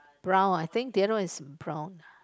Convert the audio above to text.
brown I think the other one is brown